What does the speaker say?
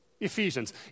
Ephesians